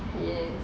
ya